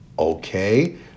Okay